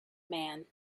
man